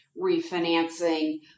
refinancing